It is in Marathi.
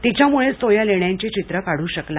तिच्यामुळेच तो या लेण्यांची चित्र काढू शकला